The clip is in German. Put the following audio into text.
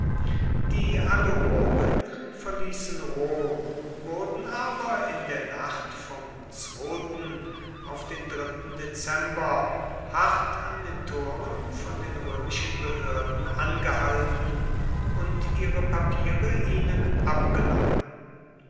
die allobrogen verließen rom wurden aber in der nacht vom auf den dezember hart an den toren von den römischen behörden angehalten und ihre papiere ihnen abgenommen